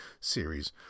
series